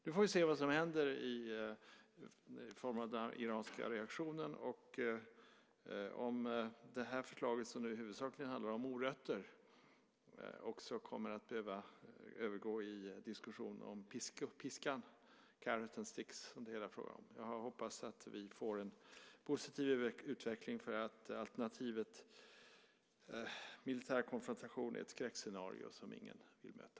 Nu får vi se vad som händer i form av den iranska reaktionen och om det här förslaget, som huvudsakligen handlar om morötter, också kommer att behöva övergå i diskussioner om piskan - carrots and sticks . Jag hoppas att vi får en positiv utveckling. Alternativet militär konfrontation är ett skräckscenario som ingen vill möta.